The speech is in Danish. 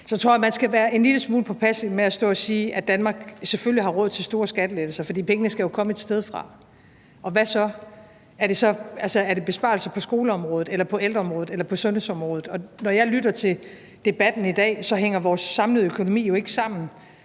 jeg tror, at man skal være en lille smule påpasselig med at stå og sige, at Danmark selvfølgelig har råd til store skattelettelser, for pengene skal jo komme et sted fra. Og hvad så? Er det besparelser på skoleområdet eller på ældreområdet eller på sundhedsområdet? Når jeg lytter til debatten i dag, hænger vores samlede økonomi jo ikke sammen